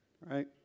right